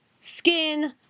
skin